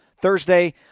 Thursday